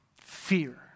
fear